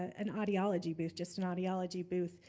an audiology booth, just an audiology booth,